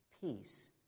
peace